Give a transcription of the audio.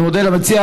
אני מודה למציע.